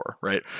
right